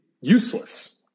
useless